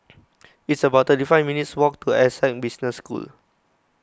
it's about thirty five minutes' walk to Essec Business School